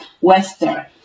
western